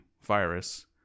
virus